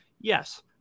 Yes